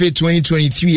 2023